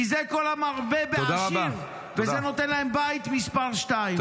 כי זה כל המרבה בעשיר וזה נותן להם בית מספר שתיים.